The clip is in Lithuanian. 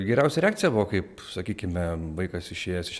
geriausia reakcija buvo kaip sakykime vaikas išėjęs iš